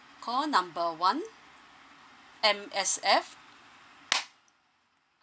call number one M_S_F